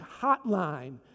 hotline